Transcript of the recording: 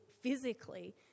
physically